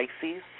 Pisces